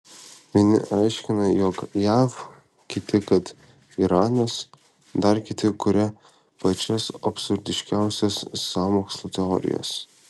vieni aiškina jog jav kiti kad iranas dar kiti kuria pačias absurdiškiausias sąmokslų teorijas